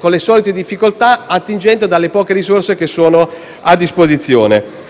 le solite difficoltà, attingendo alle poche risorse che sono a disposizione.